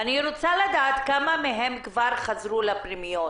אני רוצה לדעת כמה מהם כבר חזרו לפנימיות.